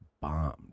bombed